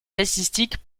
statistiques